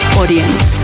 audience